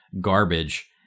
garbage